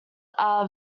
are